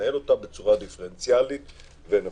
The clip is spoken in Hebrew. לנהל אותה בצורה דיפרנציאלית ונכונה.